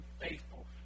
faithful